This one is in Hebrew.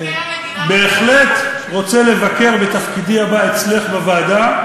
מבקר המדינה, רוצה לבקר בתפקידי הבא אצלך בוועדה,